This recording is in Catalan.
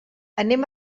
anem